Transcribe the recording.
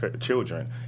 children